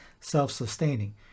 self-sustaining